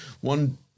One